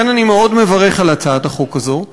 לכן, אני מאוד מברך על הצעת החוק הזאת.